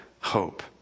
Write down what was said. hope